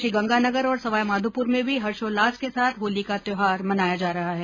श्रीगंगानगर और सवाई माधोपुर में भी हर्षोउल्लास के साथ होली का त्यौहार मनाया जा रहा है